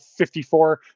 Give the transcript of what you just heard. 54